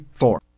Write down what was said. four